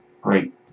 Great